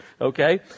Okay